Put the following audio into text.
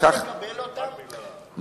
אפשר לקבל את הנהלים?